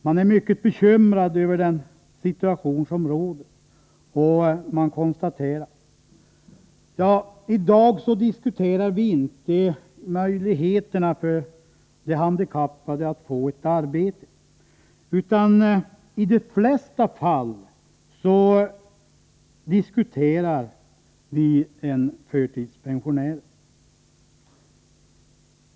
Man är mycket bekymrad över den situation som råder, och man konstaterar: I dag diskuterar vi inte möjligheterna för de handikappade att få ett arbete utan i de flesta fall diskuterar vi en förtidspensionering.